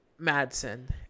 Madsen